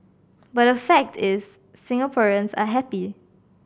but the fact is Singaporeans are happy